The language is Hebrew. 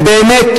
ובאמת,